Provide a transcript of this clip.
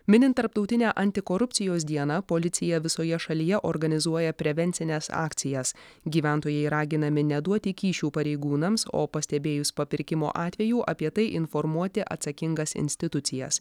minint tarptautinę antikorupcijos dieną policija visoje šalyje organizuoja prevencines akcijas gyventojai raginami neduoti kyšių pareigūnams o pastebėjus papirkimo atvejų apie tai informuoti atsakingas institucijas